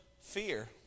fear